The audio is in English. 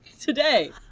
Today